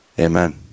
Amen